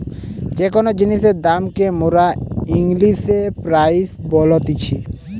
যে কোন জিনিসের দাম কে মোরা ইংলিশে প্রাইস বলতিছি